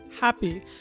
happy